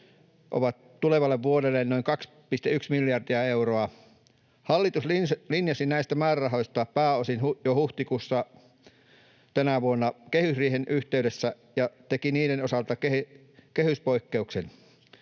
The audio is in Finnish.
ovat tulevalle vuodelle noin 2,1 miljardia euroa. Hallitus linjasi näistä määrärahoista pääosin jo huhtikuussa tänä vuonna kehysriihen yhteydessä ja teki niiden osalta kehyspoikkeuksen.